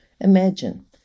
Imagine